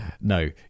No